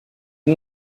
nur